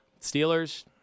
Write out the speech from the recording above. Steelers